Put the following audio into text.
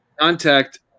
Contact